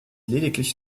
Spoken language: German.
lediglich